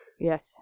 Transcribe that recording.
Yes